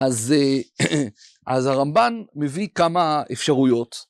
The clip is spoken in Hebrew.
אז הרמב"ן מביא כמה אפשרויות.